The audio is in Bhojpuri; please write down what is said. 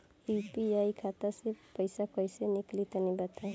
यू.पी.आई खाता से पइसा कइसे निकली तनि बताई?